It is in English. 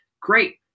great